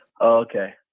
Okay